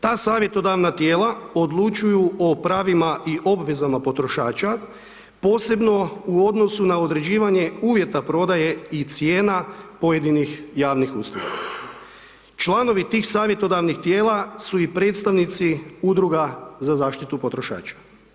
Ta savjetodavna tijela odlučuju o pravima i obvezama potrošača posebno u odnosu na određivanje uvjeta prodaje i cijena pojedinih javnih … Članovi tih savjetodavnih tijela su i predstavnici udruga za zaštitu potrošača.